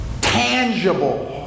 tangible